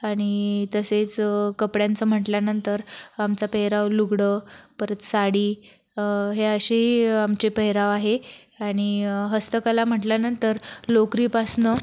आणि तसेच कपड्यांचं म्हटल्यानंतर आमचा पेहराव लुगडं परत साडी हे अशी आमचे पेहराव आहे आणि हस्तकला म्हटल्यानंतर लोकरीपासनं